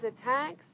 attacks